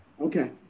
Okay